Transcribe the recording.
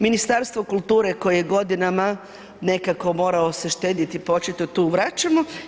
Ministarstvo kulture koje je godinama nekako moralo se štedjeti po očito tu vraćamo.